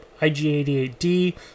IG-88D